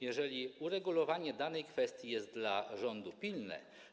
Jeżeli uregulowanie danej kwestii jest dla rządu pilne,